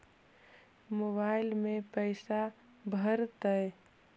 Mobile में पैसा भरैतैय?